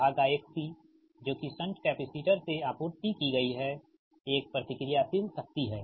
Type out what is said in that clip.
2XC जो कि shunt capacitor से आपूर्ति की गई एक प्रतिक्रियाशील शक्ति है